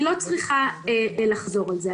אני לא אחזור על זה,